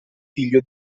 figlio